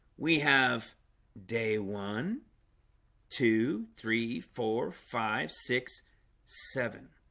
we have day one two three four five six seven